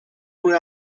una